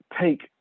take